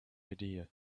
idea